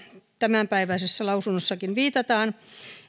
tämänpäiväisessä lausunnossakin viitataan